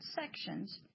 sections